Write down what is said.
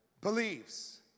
believes